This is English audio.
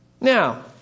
Now